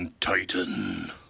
Titan